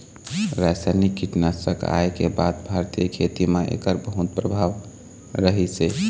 रासायनिक कीटनाशक आए के बाद भारतीय खेती म एकर बहुत प्रभाव रहीसे